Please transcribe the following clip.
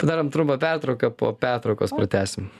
padarom trumpą pertrauką po pertraukos pratęsim